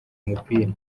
umupira